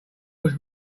was